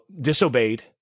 disobeyed